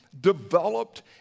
developed